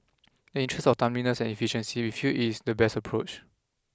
in the interest of timeliness and efficiency we feel it is the best approach